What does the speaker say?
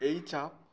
এই চাপ